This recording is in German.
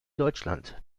deutschland